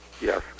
Yes